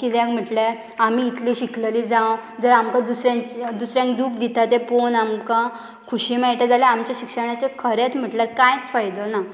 कित्याक म्हटल्यार आमी इतलें शिकलेलीं जावं जर आमकां दुसऱ्यां दुसऱ्यांक दूख दिता तें पळोवन आमकां खुशी मेळटा जाल्यार आमच्या शिक्षणाचें खरेंच म्हटल्यार कांयच फायदो ना